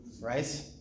right